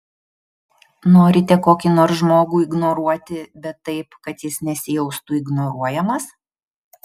norite kokį nors žmogų ignoruoti bet taip kad jis nesijaustų ignoruojamas